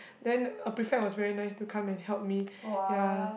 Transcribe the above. then a prefect was very nice to come and help me ya